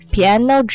Piano